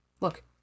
look